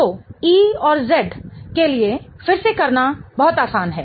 तो E और Z के लिए फिर से करना बहुत आसान है